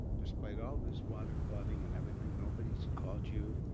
despite all this water flooding and everything, nobody's called you,